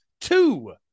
two